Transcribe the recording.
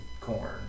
Corn